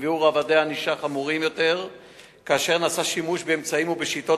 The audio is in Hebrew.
נקבעו רובדי ענישה חמורים יותר כאשר נעשה שימוש באמצעים ובשיטות